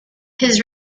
his